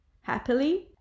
happily